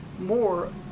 more